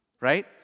right